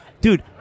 dude